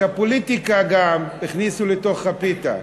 את הפוליטיקה גם תכניסו לתוך הפיתה,